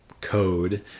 code